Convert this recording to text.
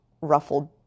ruffled